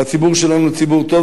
והציבור שלנו הוא ציבור טוב.